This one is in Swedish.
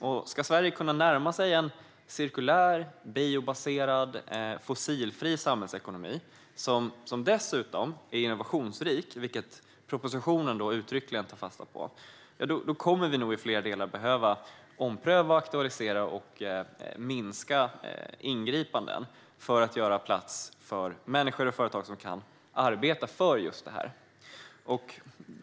Om Sverige ska kunna närma sig en cirkulär, biobaserad, fossilfri samhällsekonomi, som dessutom är innovationsrik, vilket propositionen uttryckligen tar fasta på, kommer vi nog i flera delar att behöva ompröva, aktualisera och minska ingripanden för att göra plats för människor och företag som kan arbeta för just detta.